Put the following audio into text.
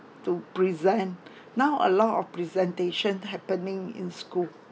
to present now a lot of presentation to happening in school